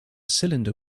cylinder